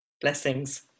Blessings